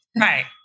Right